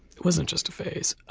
it wasn't just a phase.